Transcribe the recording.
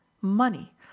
money